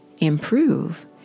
improve